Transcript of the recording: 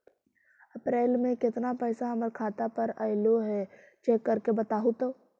अप्रैल में केतना पैसा हमर खाता पर अएलो है चेक कर के बताहू तो?